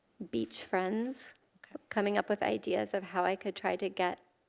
beach friends coming up with ideas of how i could try to get